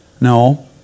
No